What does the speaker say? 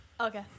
Okay